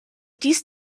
dies